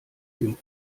dem